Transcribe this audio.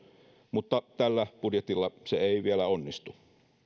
mutta tällä budjetilla se ei vielä onnistu